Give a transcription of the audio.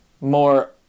more